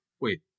wait